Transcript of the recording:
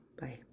Bye